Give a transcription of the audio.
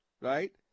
right